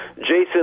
Jason